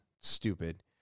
stupid